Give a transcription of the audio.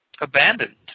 abandoned